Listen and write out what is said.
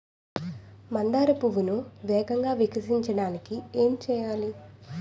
మందార పువ్వును వేగంగా వికసించడానికి ఏం చేయాలి?